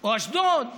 או אשדוד?